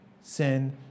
sin